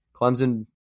Clemson